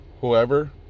whoever